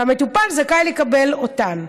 והמטופל זכאי לקבל אותן,